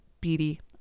Beatty